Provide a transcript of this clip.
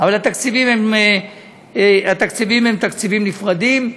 אבל התקציבים הם תקציבים נפרדים,